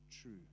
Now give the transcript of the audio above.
true